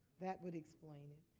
that would explain it.